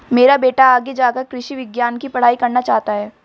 मेरा बेटा आगे जाकर कृषि विज्ञान की पढ़ाई करना चाहता हैं